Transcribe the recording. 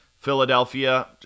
Philadelphia